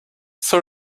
sort